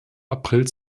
april